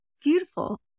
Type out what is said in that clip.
Beautiful